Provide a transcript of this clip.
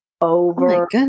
over